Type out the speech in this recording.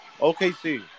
OKC